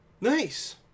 Nice